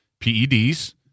PEDs